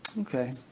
Okay